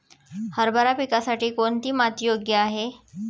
हरभरा पिकासाठी कोणती माती योग्य आहे?